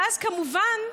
ואז, כמובן,